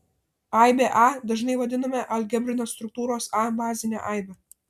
aibė a dažnai vadinama algebrinės struktūros a bazine aibe